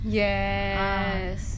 yes